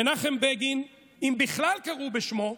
מנחם בגין, אם בכלל קראו בשמו,